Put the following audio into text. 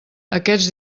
aquests